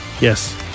Yes